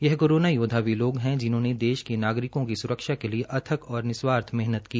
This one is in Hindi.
यह कोरोना योद्वा वे लोग है जिन्होंने देश के नागरिकों की सुक्षा के लिए अथक और निस्वार्थ मेहनत की